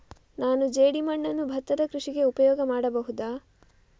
ನಾನು ಜೇಡಿಮಣ್ಣನ್ನು ಭತ್ತದ ಕೃಷಿಗೆ ಉಪಯೋಗ ಮಾಡಬಹುದಾ?